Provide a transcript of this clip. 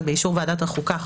ובאישור ועדת החוקה,